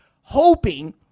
hoping –